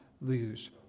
lose